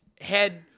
head